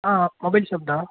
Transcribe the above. ஆ mobile shop தான்